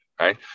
right